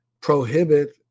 prohibit